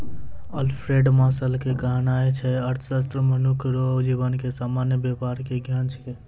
Alfred Marshall के कहनाय छै अर्थशास्त्र मनुख रो जीवन के सामान्य वेपार के ज्ञान छिकै